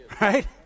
Right